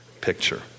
picture